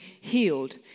healed